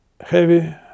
heavy